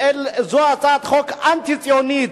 זו הצעת חוק אנטי-ציונית.